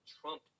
Trump